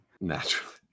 Naturally